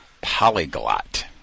polyglot